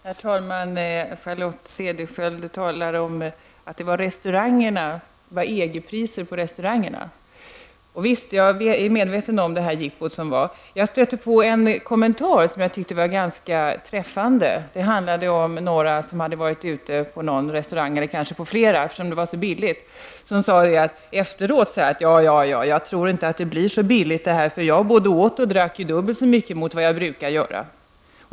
Herr talman! Charlotte Cederschiöld talade om att det var EG-priser på restaurangerna. Visst -- jag är medveten om det jippo som ägde rum häromdagen. Jag stötte på en kommentar som jag tyckte var ganska träffande. Det var några som då hade varit ute på någon restaurang -- eller kanske på flera, eftersom det var så billigt -- och som efteråt sade: Ja ja, jag tror inte att det blir så billigt, för jag både åt och drack dubbelt så mycket som jag brukar göra.